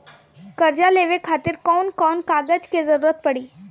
कर्जा लेवे खातिर कौन कौन कागज के जरूरी पड़ी?